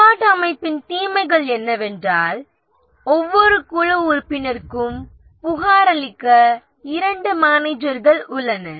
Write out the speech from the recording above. செயல்பாட்டு அமைப்பின் தீமைகள் என்னவென்றால் ஒவ்வொரு குழு உறுப்பினருக்கும் புகாரளிக்க இரண்டு மேனேஜர்கள் உள்ளனர்